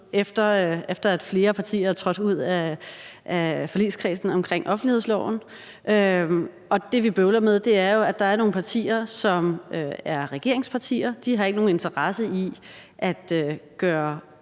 efter at flere partier er trådt ud af forligskredsen omkring offentlighedsloven, og det, vi bøvler med, er jo, at der er nogle partier, som er regeringspartier, og som ikke har nogen interesse i at gøre